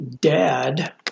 dad